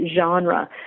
genre